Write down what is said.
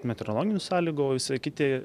meteorologinių sąlygų o visai kiti